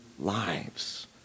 lives